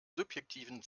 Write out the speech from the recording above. subjektiven